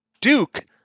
Duke